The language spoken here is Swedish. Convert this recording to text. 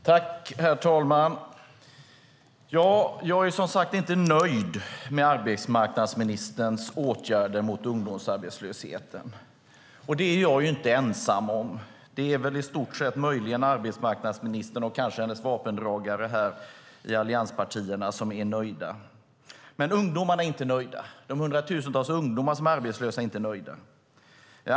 Herr talman! Jag är som sagt inte nöjd med arbetsmarknadsministerns åtgärder mot ungdomsarbetslösheten. Det är jag inte ensam om. Det är väl möjligen arbetsmarknadsministern och kanske hennes vapendragare här i allianspartierna som är nöjda. De hundratusentals ungdomar som är arbetslösa är dock inte nöjda.